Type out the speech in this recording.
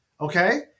okay